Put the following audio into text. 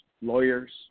lawyers